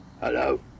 Hello